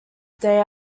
day